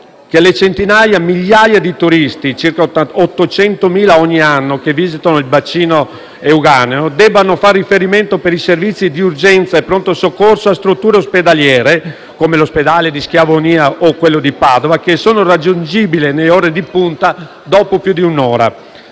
che le centinaia di migliaia di turisti (circa 800.000 ogni anno) che visitano il bacino euganeo debbano far riferimento per i servizi di urgenza e pronto soccorso a strutture ospedaliere, come l'ospedale di Schiavonia o quello di Padova, raggiungibili nelle ore di punta dopo più di un'ora.